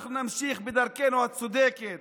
אנחנו נמשיך בדרכנו הצודקת